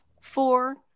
four